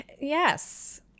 yes